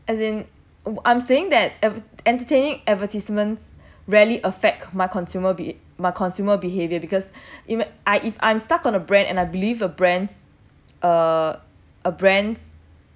as in I'm saying that enter~ entertaining advertisements rarely affect my consumer be~ my consumer behaviour because if I if I'm stuck on a brand and I believe a brand uh a brand